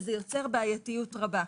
וזה יוצר בעייתיות רבה.